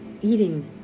eating